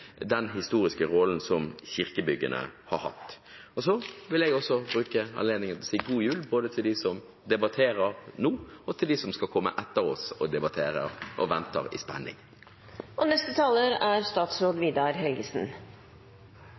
den historiske rollen kirkebyggene har hatt. Så vil jeg også bruke anledningen til å si god jul både til dem som debatterer nå, og til dem som skal komme etter oss og debattere og venter i spenning. Kirken er en viktig kultur- og